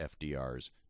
FDR's